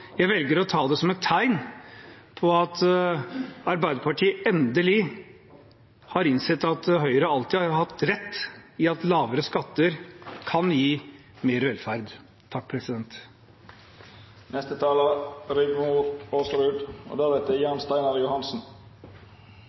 jeg velkommen, og jeg velger å ta det som et tegn på at Arbeiderpartiet endelig har innsett at Høyre alltid har hatt rett i at lavere skatter kan gi mer velferd.